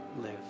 live